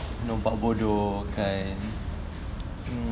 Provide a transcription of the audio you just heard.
no but bedok okay